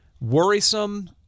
worrisome